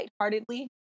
lightheartedly